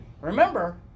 Remember